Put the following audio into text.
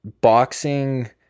boxing